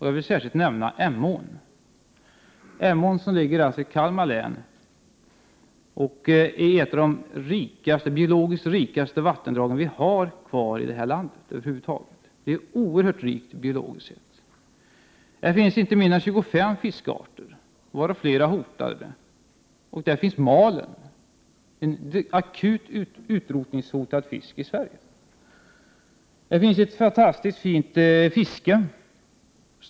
Jag vill särskilt nämna Emån, som ligger i Kalmar län och som är ett av de biologiskt rikaste vattendrag som vi över huvud taget har kvar i det här landet. Biologiskt sett är Emån oerhört rik. Där finns inte mindre än 25 fiskarter, varav flera är hotade, och där finns malen — en fisk som i Sverige är akut utrotningshotad. Stora havsöringar går upp i Emån, och det finns ett fantastiskt fint fiske.